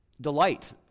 Delight